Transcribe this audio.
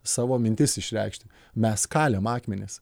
savo mintis išreikšt mes kalėm akmenis